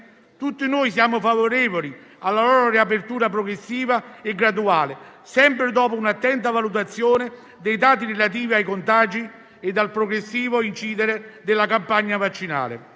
tutti siamo favorevoli a una riapertura progressiva e graduale, sempre dopo un'attenta valutazione dei dati relativi ai contagi e al progressivo incidere della campagna vaccinale.